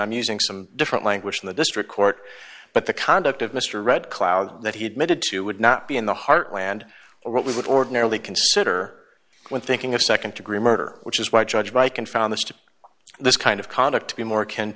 i'm using some different language in the district court but the conduct of mr red cloud that he admitted to would not be in the heartland or what we would ordinarily consider when thinking of nd degree murder which is why judge reich and found this to this kind of conduct to be more